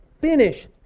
finish